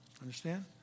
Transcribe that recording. understand